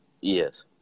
Yes